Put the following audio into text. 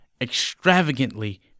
extravagantly